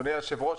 אדוני היושב-ראש,